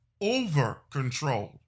over-controlled